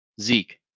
Zeke